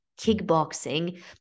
kickboxing